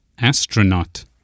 Astronaut